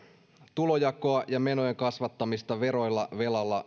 tulonjakoa ja menojen kasvattamista veroilla velalla